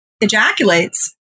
ejaculates